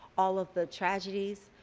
all of the tragedies.